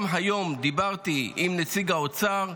גם היום דיברתי עם נציג האוצר,